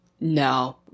no